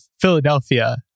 Philadelphia